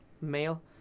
male